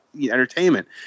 entertainment